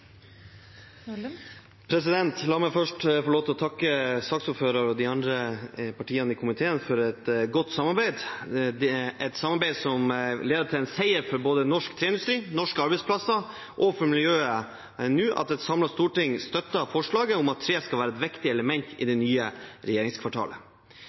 på. La meg først få takke saksordføreren og de andre partiene i komiteen for et godt samarbeid. Det er en seier for både norsk treindustri, norske arbeidsplasser og miljøet at et samlet storting støtter forslaget om at tre skal være et viktig element i